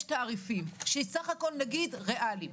יש תעריפים שהם סך הכול ריאליים,